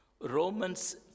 Romans